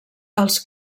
els